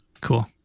Cool